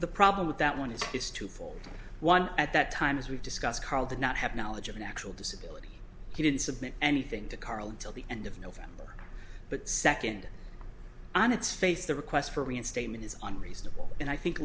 the problem with that one is is twofold one at that time as we've discussed carl did not have knowledge of an actual disability he didn't submit anything to carl until the end of november but second on its face the request for reinstatement is on reasonable and i think